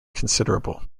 considerable